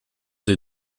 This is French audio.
des